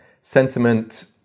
sentiment